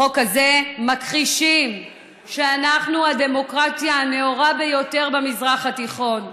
בחוק הזה אנו מכחישים שאנחנו הדמוקרטיה הנאורה ביותר במזרח התיכון.